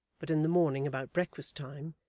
but in the morning about breakfast-time,